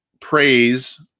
praise